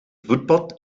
voetpad